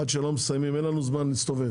עד שלא מסיימים אין לנו זמן להסתובב.